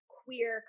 queer